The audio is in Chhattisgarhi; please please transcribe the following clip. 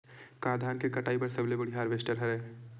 का धान के कटाई बर सबले बढ़िया हारवेस्टर हवय?